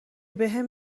بهم